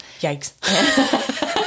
Yikes